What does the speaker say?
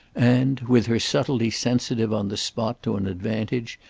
and, with her subtlety sensitive on the spot to an advantage,